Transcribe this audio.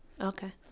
Okay